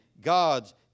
God's